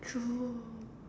true